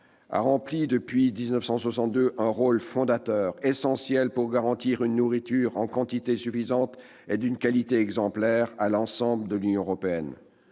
a rempli, depuis 1962, un rôle fondateur essentiel pour garantir une nourriture en quantité suffisante et d'une qualité exemplaire à l'ensemble de l'Union européenne.